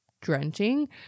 drenching